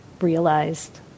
realized